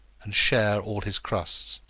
and share all his crusts.